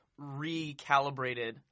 recalibrated